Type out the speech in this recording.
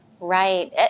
Right